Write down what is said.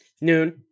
Noon